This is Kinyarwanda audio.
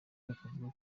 bakavuga